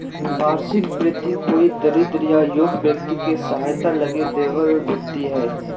वार्षिक भृति कोई दरिद्र या योग्य व्यक्ति के सहायता लगी दैबल भित्ती हइ